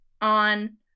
on